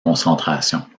concentration